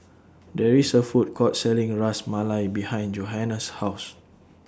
There IS A Food Court Selling Ras Malai behind Johanna's House